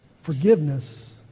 forgiveness